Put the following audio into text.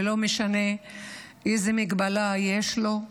ולא משנה איזו מגבלה יש לו.